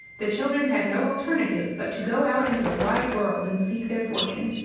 the children had no alternative but to go out into the wide world and seek their fortune.